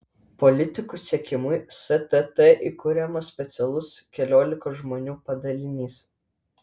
politikų sekimui stt įkuriamas specialus keliolikos žmonių padalinys